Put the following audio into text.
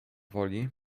woli